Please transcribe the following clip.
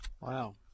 Wow